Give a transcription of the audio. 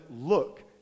look